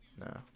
No